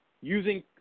using